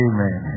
Amen